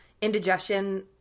indigestion